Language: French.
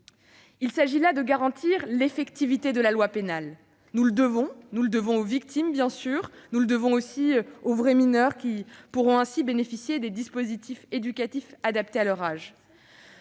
Il s'agit là de garantir l'effectivité de la loi pénale. Nous le devons bien sûr aux victimes, nous le devons aussi aux vrais mineurs, qui pourront ainsi bénéficier des dispositifs éducatifs adaptés à leur âge.